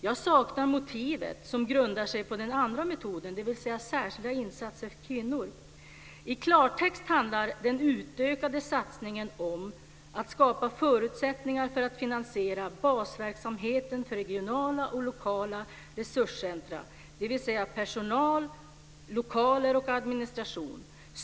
Jag saknar motivet som grundar sig på den andra metoden, dvs. särskilda insatser för kvinnor. I klartext handlar den utökade satsningen om att skapa förutsättningar för att finansiera basverksamheten för regionala och lokala resurscentrum, dvs. personal, lokaler och administration.